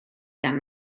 gan